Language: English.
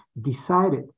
decided